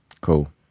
Cool